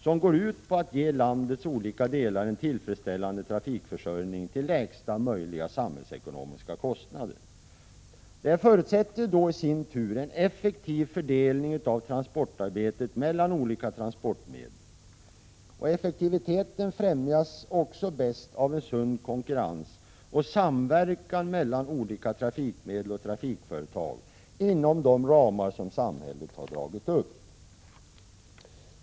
Det går ut på att ge landets olika delar en tillfredsställande trafikförsörjning till lägsta möjliga samhällsekonomiska kostnad. Detta förutsätter då i sin tur en effektiv fördelning av transportarbetet mellan olika transportmedel. Effektiviteten främjas också bäst av en sund konkurrens och samverkan mellan olika trafikmedel och trafikföretag inom de ramar som samhället har dragit upp.